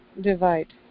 divide